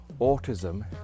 Autism